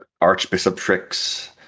archbishoprics